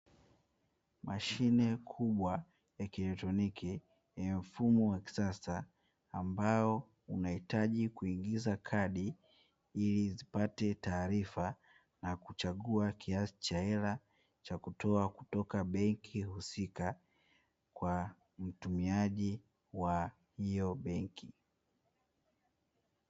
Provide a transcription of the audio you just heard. Mashine kubwa ya kielektroniki yenye mfumo wa kisasa inayohitaji kuingiza kadi